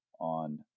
on